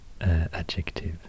adjective